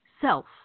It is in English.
self